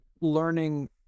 learning